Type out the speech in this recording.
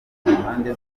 mpande